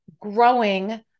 growing